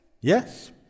yes